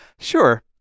Sure